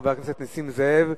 חבר הכנסת נסים זאב,